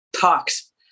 talks